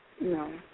No